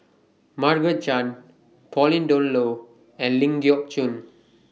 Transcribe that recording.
Margaret Chan Pauline Dawn Loh and Ling Geok Choon